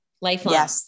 Lifelong